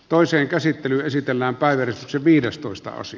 toisen käsittely esitellään kaiversi sen viides toista asti